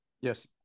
Yes